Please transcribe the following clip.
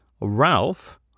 Ralph